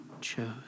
chose